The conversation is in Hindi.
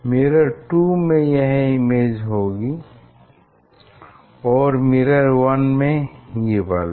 मिरर 2 में यह इमेज होगी और मिरर 1 में ये वाली